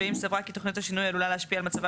ואם סברה כי תכנית השינוי עלולה להשפיע על מצבם